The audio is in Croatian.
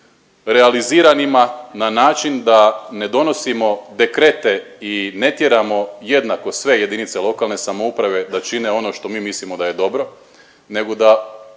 realiziranima na način da ne donosimo dekrete i ne tjeramo jednako sve jedinice lokalne samouprave da čine ono što mi mislimo da je dobro, nego da